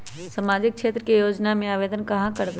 सामाजिक क्षेत्र के योजना में आवेदन कहाँ करवे?